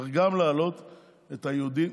צריך גם להעלות את היהודים,